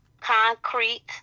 Concrete